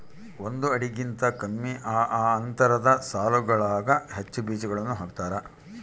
ಒಂದು ಅಡಿಗಿಂತ ಕಮ್ಮಿ ಅಂತರದ ಸಾಲುಗಳಾಗ ಹೆಚ್ಚು ಬೀಜಗಳನ್ನು ಹಾಕ್ತಾರ